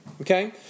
Okay